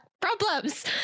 problems